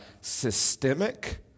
systemic